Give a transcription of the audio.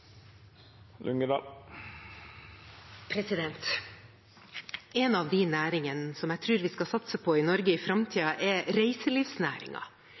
replikkordskifte. En av de næringene som jeg tror vi skal satse på i Norge i framtiden, er